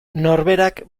norberak